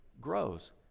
grows